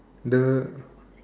the